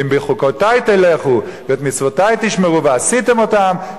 ואם בחוקותי תלכו ואת מצוותי תשמרו ועשיתם אותם,